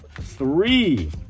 three